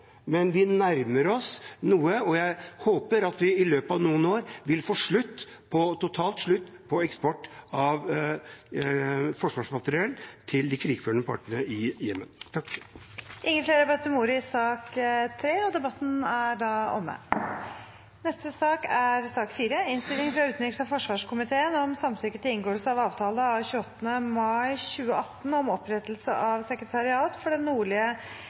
men vi nærmer oss noe, og jeg håper at vi i løpet av noen år vil få totalt slutt på eksport av forsvarsmateriell til de krigførende partene i Jemen. Flere har ikke bedt om ordet til sak nr. 3. Kultur er en viktig dimensjon i internasjonal politikk, og en enstemmig komité støtter regjeringens proposisjon om Norges samtykke til inngåelse av avtale 28. mai 2018 om opprettelse av et sekretariat for Den nordlige